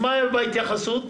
מה ההתייחסות?